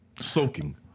Soaking